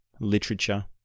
literature